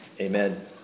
Amen